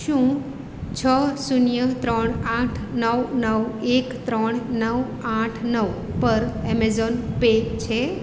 શું છ શૂન્ય ત્રણ આઠ નવ નવ એક ત્રણ નવ આઠ નવ પર એમેઝોન પે છે